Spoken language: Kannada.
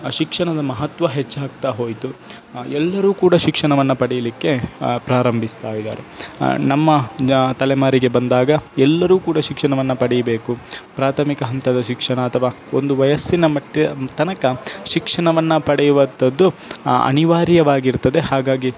ಶಿಕ್ಷಣದ ಮಹತ್ವ ಹೆಚ್ಚಾಗ್ತಾ ಹೋಯಿತು ಎಲ್ಲರೂ ಕೂಡ ಶಿಕ್ಷಣವನ್ನು ಪಡೀಲಿಕ್ಕೆ ಪ್ರಾರಂಭಿಸ್ತಾ ಇದ್ದಾರೆ ನಮ್ಮ ತಲೆಮಾರಿಗೆ ಬಂದಾಗ ಎಲ್ಲರೂ ಕೂಡ ಶಿಕ್ಷಣವನ್ನು ಪಡೀಬೇಕು ಪ್ರಾಥಮಿಕ ಹಂತದ ಶಿಕ್ಷಣ ಅಥವಾ ಒಂದು ವಯಸ್ಸಿನ ಮಟ್ಟಿನ ತನಕ ಶಿಕ್ಷಣವನ್ನು ಪಡೆಯುವಂಥದ್ದು ಅನಿವಾರ್ಯವಾಗಿರ್ತದೆ ಹಾಗಾಗಿ